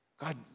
God